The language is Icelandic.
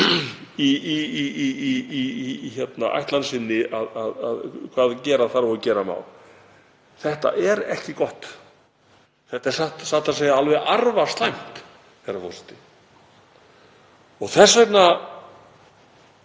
í ætlan sinni um hvað gera þarf og gera má? Þetta er ekki gott. Þetta er satt að segja alveg arfaslæmt, herra forseti. Þess vegna